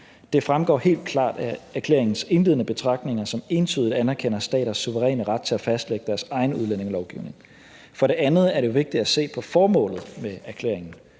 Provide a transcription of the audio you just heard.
Det fremgår helt klart af erklæringens indledende betragtninger, som entydigt anerkender staters suveræne ret til at fastlægge deres egen udlændingelovgivning. For det andet er det vigtigt at se på formålet med erklæringen,